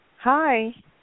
Hi